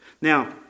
Now